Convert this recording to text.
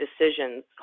decisions